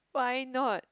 why not